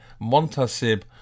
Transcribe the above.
Montasib